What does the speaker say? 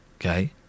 Okay